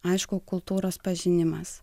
aišku kultūros pažinimas